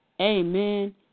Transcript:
Amen